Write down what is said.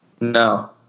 no